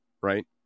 right